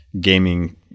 gaming